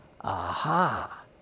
Aha